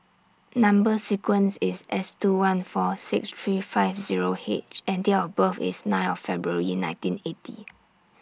Number sequence IS S two one four six three five Zero H and Date of birth IS nine of February nineteen eighty